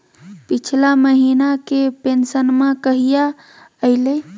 पिछला महीना के पेंसनमा कहिया आइले?